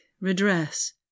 redress